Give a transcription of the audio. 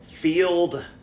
Field